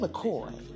McCoy